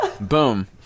Boom